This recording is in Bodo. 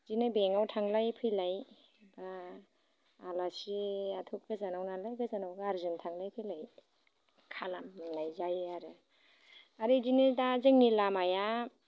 इदिनो बेंकआव थांलाय फैलाय ओ आलासिआथ' गोजानावनो गोजानाव गारिजों थांलाय फैलाय खालामनाय जायो आरो आरो इदिनो दा जोंंनि लामाया